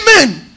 Amen